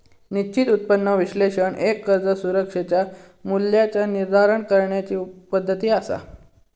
निश्चित उत्पन्न विश्लेषण एक कर्ज सुरक्षेच्या मूल्याचा निर्धारण करण्याची पद्धती असा